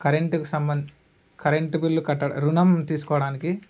కరెంటుకు సంబంధ current bill కట్టి రుణం తీసుకోవడానికి